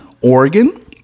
Oregon